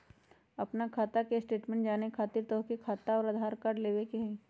आपन खाता के स्टेटमेंट जाने खातिर तोहके खाता अऊर आधार कार्ड लबे के होइ?